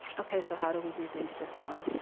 okay, so how do we do things differently?